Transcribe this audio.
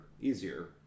easier